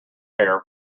hair